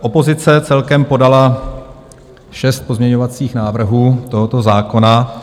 Opozice celkem podala šest pozměňovacích návrhů tohoto zákona.